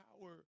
power